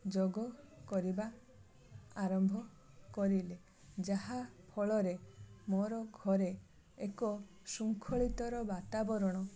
ଯୋଗ କରିବା ଆରମ୍ଭ କରିଲେ ଯାହା ଫଳରେ ମୋର ଘରେ ଏକ ଶୃଙ୍ଖଳତାର ବାତାବରଣ